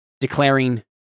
declaring